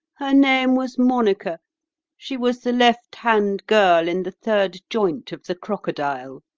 her name was monica she was the left-hand girl in the third joint of the crocodile.